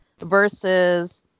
Versus